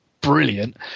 brilliant